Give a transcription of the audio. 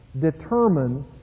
determine